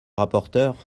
rapporteur